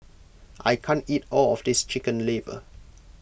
I can't eat all of this Chicken Liver